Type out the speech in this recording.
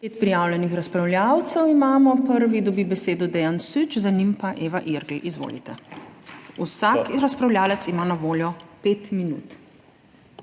pet prijavljenih razpravljavcev. Prvi dobi besedo Dejan Süč, za njim pa Eva Irgl. Vsak razpravljavec ima na voljo pet minut.